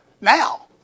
now